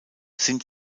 sind